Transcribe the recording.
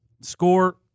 Score